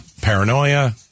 paranoia